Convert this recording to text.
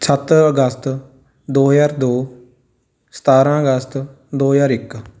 ਸੱਤ ਅਗਸਤ ਦੋ ਹਜ਼ਾਰ ਦੋ ਸਤਾਰ੍ਹਾਂ ਅਗਸਤ ਦੋ ਹਜ਼ਾਰ ਇੱਕ